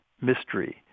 mystery